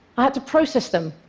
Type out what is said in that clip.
i had to process them,